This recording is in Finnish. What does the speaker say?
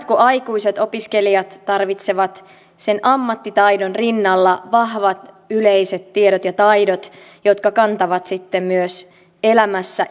kuin aikuisetkin opiskelijat tarvitsevat sen ammattitaidon rinnalla vahvat yleiset tiedot ja taidot jotka kantavat sitten myös elämässä